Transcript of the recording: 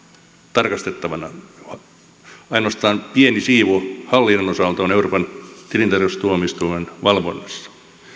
tarkastettavana ainoastaan pieni siivu hallinnon osalta on euroopan tilintarkastustuomioistuimen valvonnassa